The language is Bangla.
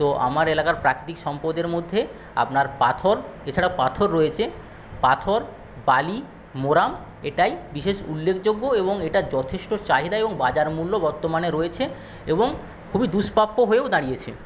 তো আমার এলাকার প্রাকৃতিক সম্পদের মধ্যে আপনার পাথর এছাড়া পাথর রয়েছে পাথর বালি মোড়াম এটাই বিশেষ উল্লেখযোগ্য এবং এটা যথেষ্ট চাহিদা এবং বাজার মূল্য বর্তমানে রয়েছে এবং খুবই দুষ্প্রাপ্য হয়েও দাঁড়িয়েছে